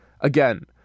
again